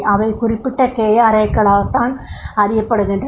அவை குறிப்பிட்ட KRA க்களாகத் தான் அறியப்படுகின்றன